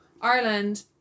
Ireland